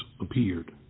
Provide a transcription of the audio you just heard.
appeared